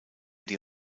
die